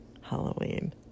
Halloween